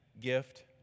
gift